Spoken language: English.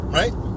right